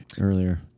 earlier